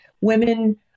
women